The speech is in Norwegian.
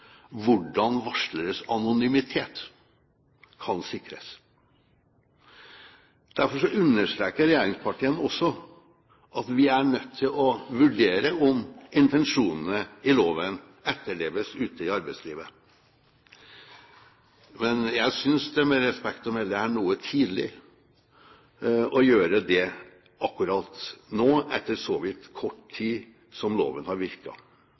hvordan varsleres anonymitet kan sikres. Derfor understreker regjeringspartiene også at vi er nødt til å vurdere om intensjonene i loven etterleves ute i arbeidslivet. Men jeg synes, med respekt å melde, at det er noe tidlig å gjøre det akkurat nå, etter at den har virket så vidt kort tid. Jeg er derfor glad for at statsråden har